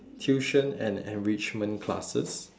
tuition and enrichment classes